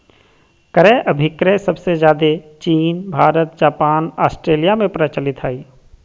क्रय अभिक्रय सबसे ज्यादे चीन भारत जापान ऑस्ट्रेलिया में प्रचलित हय